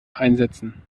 einsetzen